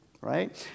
right